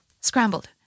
scrambled